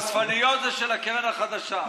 החשפניות זה של הקרן החדשה.